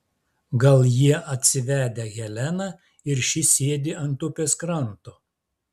gal jie atsivedę heleną ir ši sėdi ant upės kranto